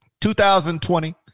2020